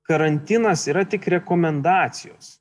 karantinas yra tik rekomendacijos